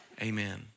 Amen